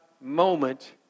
moment